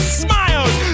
smiles